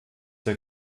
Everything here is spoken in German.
der